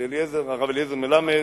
שהרב אליעזר מלמד,